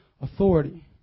authority